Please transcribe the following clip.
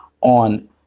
on